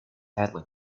hadley